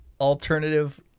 alternative